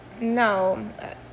No